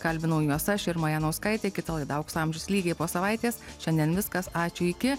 kalbinau juos aš irma janauskaitė kita laida aukso amžius lygiai po savaitės šiandien viskas ačiū iki